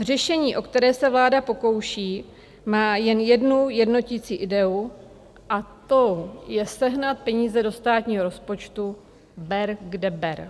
Řešení, o které se vláda pokouší, má jen jednu jednotící ideu, a tou je sehnat peníze do státního rozpočtu ber, kde ber.